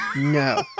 no